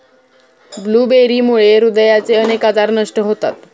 ब्लूबेरीमुळे हृदयाचे अनेक आजार नष्ट होतात